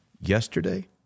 yesterday